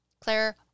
Claire